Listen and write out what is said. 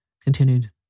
continued